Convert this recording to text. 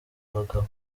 bagabo